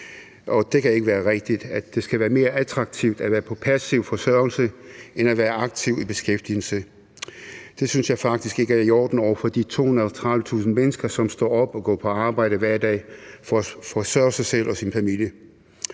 det kan ikke være rigtigt, at det skal være mere attraktivt at være på passiv forsørgelse end at være i aktiv beskæftigelse. Det synes jeg faktisk ikke er i orden over for de 230.000 mennesker, som står op og går på arbejde hver dag for at forsørge sig selv og deres familier.